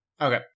Okay